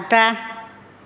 आग्दा